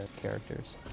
characters